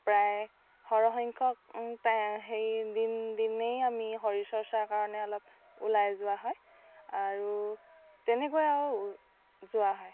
প্ৰায় সৰহ সংখ্য়ক তাই সেই দিন দিনেই আমি শৰীৰ চৰ্চাৰ কাৰণে অলপ ওলাই যোৱা হয় আৰু তেনেকুৱা আৰু যোৱা হয়